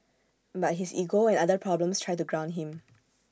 but his ego and other problems try to ground him